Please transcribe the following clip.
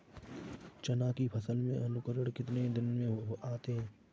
चना की फसल में अंकुरण कितने दिन में आते हैं?